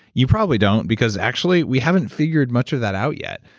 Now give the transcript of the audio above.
you probably don't, because actually, we haven't figured much of that out yet.